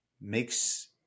makes